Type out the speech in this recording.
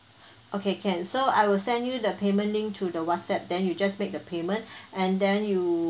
okay can so I will send you the payment link to the Whatsapp then you just make the payment and then you